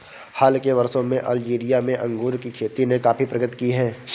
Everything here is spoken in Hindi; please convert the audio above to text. हाल के वर्षों में अल्जीरिया में अंगूर की खेती ने काफी प्रगति की है